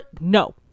No